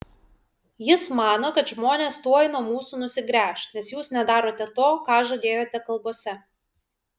jis mano kad žmonės tuoj nuo mūsų nusigręš nes jūs nedarote to ką žadėjote kalbose